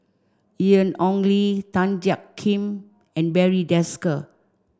Ian Ong Li Tan Jiak Kim and Barry Desker